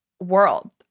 world